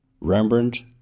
Rembrandt